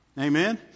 Amen